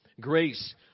grace